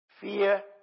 fear